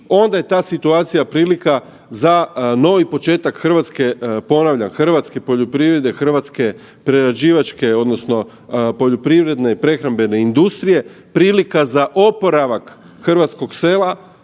onda je ta situacija prilika za novi početak hrvatske, ponavljam hrvatske poljoprivrede, hrvatske prerađivačke odnosno poljoprivredne prehrambene industrije, prilika za oporavak hrvatskog sela,